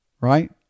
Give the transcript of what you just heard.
Right